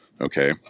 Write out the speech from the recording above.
Okay